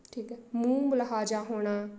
ਠੀਕ ਹੈ ਮੂੰਹ ਮੁਲਹਾਜ਼ਾ ਹੋਣਾ